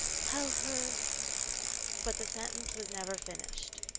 tell her but the sentence was never finished.